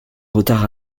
retard